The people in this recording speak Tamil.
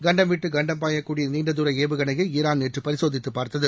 கண்டம் விட்டு கண்டம் பாயக்கூடிய நீண்டதூர ஏவுகணையை ஈரான் நேற்று பரிசோதித்துப் பார்த்தது